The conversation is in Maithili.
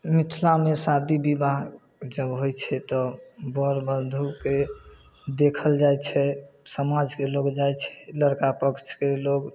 मिथिलामे शादी विवाह जब होइ छै तऽ वर वधूके देखल जाइ छै समाजके लोक जाइ छै लड़का पक्षके लोक